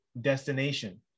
destination